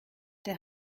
der